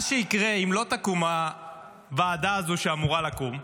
מה שיקרה אם לא תקום הוועדה הזאת שאמורה לקום,